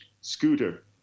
Scooter